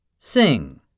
Sing